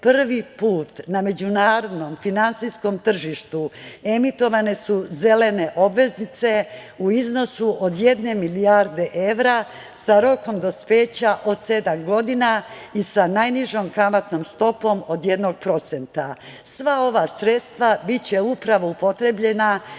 prvi put na međunarodnom finansijskom tržištu emitovane su zelene obveznice u iznosu od jedne milijarde evra sa rokom dospeća od sedam godina i sa najnižom kamatnom stopom od jednog procenta. Sva ova sredstva biće upravo upotrebljena